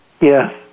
Yes